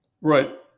Right